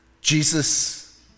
Jesus